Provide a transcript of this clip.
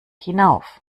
hinauf